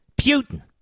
Putin